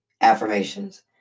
Affirmations